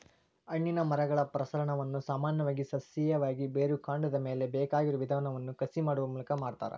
ಹಣ್ಣಿನ ಮರಗಳ ಪ್ರಸರಣವನ್ನ ಸಾಮಾನ್ಯವಾಗಿ ಸಸ್ಯೇಯವಾಗಿ, ಬೇರುಕಾಂಡದ ಮ್ಯಾಲೆ ಬೇಕಾಗಿರೋ ವಿಧವನ್ನ ಕಸಿ ಮಾಡುವ ಮೂಲಕ ಮಾಡ್ತಾರ